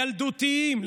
ילדותיים.